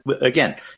again